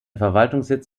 verwaltungssitz